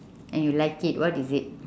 and you like it what is it